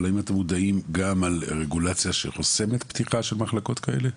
אבל האם אתם מודעים גם על רגולציה שחוסמת פתיחה של מחלקות כאלה?